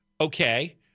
Okay